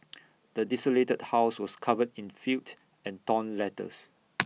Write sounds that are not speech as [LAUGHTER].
the desolated house was covered in filth and torn letters [NOISE]